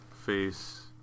face